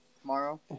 tomorrow